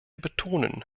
betonen